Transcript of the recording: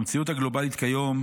במציאות הגלובלית כיום,